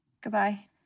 Goodbye